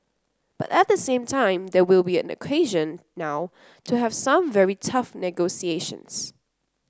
but at the same time there will be an occasion now to have some very tough negotiations